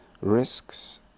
risks